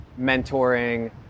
mentoring